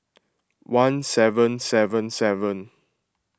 one seven seven seven